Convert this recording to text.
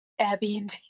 Airbnb